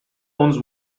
owns